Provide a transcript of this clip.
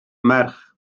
merch